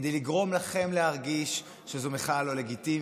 כדי לגרום לכם להרגיש שזו מחאה לא לגיטימית,